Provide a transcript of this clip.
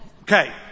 Okay